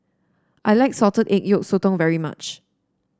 I like Salted Egg Yolk Sotong very much